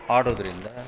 ಆಡೋದರಿಂದ